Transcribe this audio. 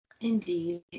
indeed